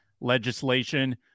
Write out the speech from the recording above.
legislation